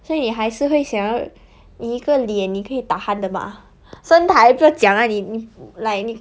所以还是会想要一个脸你可以 tahan 的吗身材不要讲啦你你 like 你